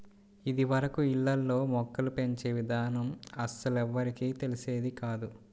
ఇదివరకు ఇళ్ళల్లో మొక్కలు పెంచే ఇదానం అస్సలెవ్వరికీ తెలిసేది కాదు